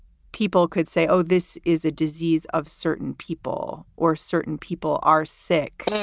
people could say, oh, this is a disease of certain people or certain people are sick